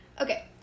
okay